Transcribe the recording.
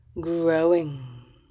growing